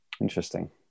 Interesting